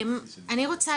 אני רוצה